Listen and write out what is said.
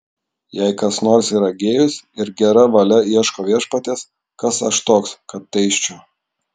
jei kas nors yra gėjus ir gera valia ieško viešpaties kas aš toks kad teisčiau